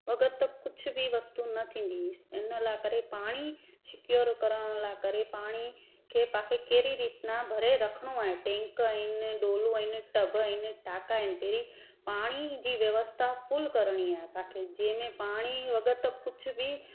बग़ैरि त कुझ बि वस्तू न थींदी हिन लाइ करे पाणी सिक्योर करण लाइ करे पाणी खे पांखे कहिड़ी रीति ना भरे रखिणो आहे टैंक आहिनि ढोलूं आहिनि टब आहिनि टांका आहिन पहिरीं पाणी जी व्यवस्था फुल करणी आहे पांखे पाणी बग़ैरि त कुझ बि